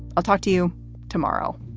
i'll talk to you tomorrow